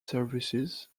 services